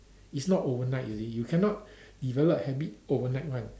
it's not overnight you see you cannot develop a habit overnight one